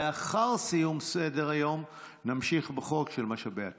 לאחר סיום סדר-היום נמשיך בחוק של משאבי הטבע.